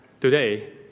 today